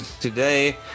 today